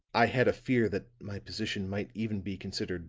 i had a fear that my position might even be considered